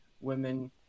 women